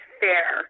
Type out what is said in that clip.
fair